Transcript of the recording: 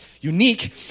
unique